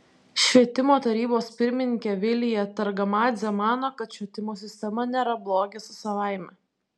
švietimo tarybos pirmininkė vilija targamadzė mano kad švietimo sistema nėra blogis savaime